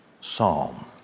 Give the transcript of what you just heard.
psalm